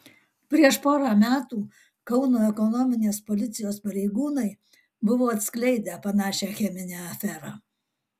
prieš porą metų kauno ekonominės policijos pareigūnai buvo atskleidę panašią cheminę aferą